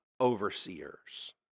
overseers